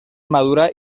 madura